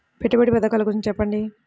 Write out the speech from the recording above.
పెట్టుబడి పథకాల గురించి చెప్పండి?